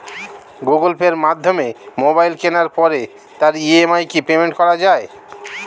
Google Pay মাধ্যমে mobile কেনার পরে তার ই.এম.আই কি পেমেন্ট করা যায়?